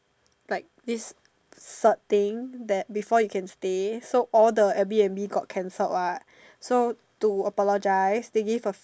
like this cert thing that before you can stay so all the airbnb got canceled what so to apologize they give a